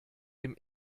dem